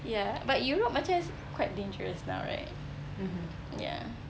ya but europe macam quite dangerous now right ya